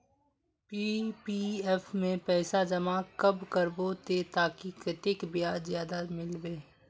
PPF में पैसा जमा कब करबो ते ताकि कतेक ब्याज ज्यादा मिलबे?